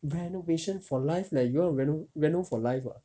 renovation for life leh you want to reno reno for life ah